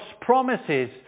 promises